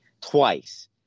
twice